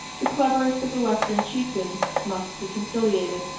the cleverest of the western chieftains, must be conciliated.